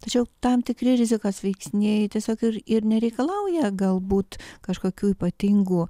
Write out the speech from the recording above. tačiau tam tikri rizikos veiksniai tiesiog ir ir nereikalauja galbūt kažkokių ypatingų